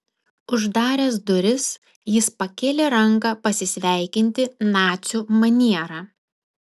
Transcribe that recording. uždaręs duris jis pakėlė ranką pasisveikinti nacių maniera